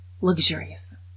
luxurious